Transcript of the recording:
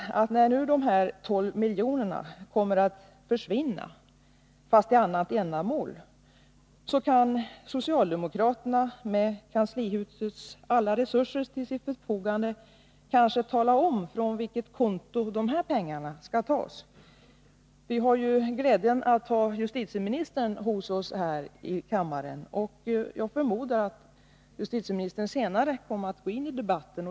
När nu dessa 12 milj.kr. kommer att försvinna, fast till annat ändamål, måste väl socialdemokraterna med alla kanslihusets resurser till sitt förfogande kunna tala om från vilket konto dessa pengar skall tas. Vi har ju glädjen att ha justitieministern i kammaren, och jag förmodar att han senare kommer att gå in i debatten.